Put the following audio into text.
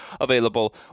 available